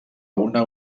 una